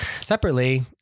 separately